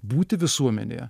būti visuomenėje